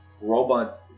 robots